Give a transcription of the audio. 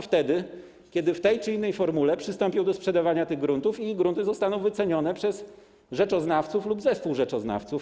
Wtedy, kiedy w tej czy innej formule przystąpią do sprzedawania tych gruntów i grunty zostaną wycenione przez rzeczoznawców lub zespół rzeczoznawców.